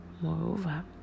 moreover